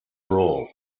role